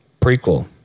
prequel